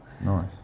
Nice